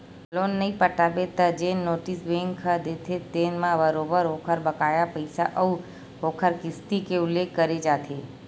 loan नइ पटाबे त जेन नोटिस बेंक ह देथे तेन म बरोबर ओखर बकाया पइसा अउ ओखर किस्ती के उल्लेख करे जाथे